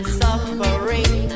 suffering